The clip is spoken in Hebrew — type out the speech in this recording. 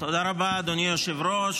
תודה רבה, אדוני היושב-ראש.